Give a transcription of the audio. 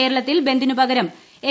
കേരളത്തിൽ ബന്ദിനുപകരം എൽ